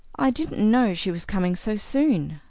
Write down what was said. i didn't know she was coming so soon,